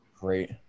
Great